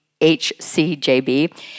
HCJB